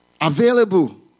available